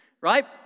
Right